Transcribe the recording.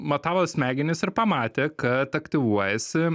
matavo smegenis ir pamatė kad aktyvuojasi